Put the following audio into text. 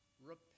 Repent